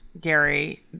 Gary